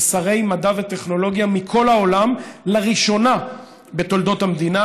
שרי מדע וטכנולוגיה מכל העולם לראשונה בתולדות המדינה.